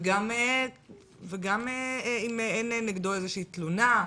וגם אם אין נגדו איזושהי תלונה,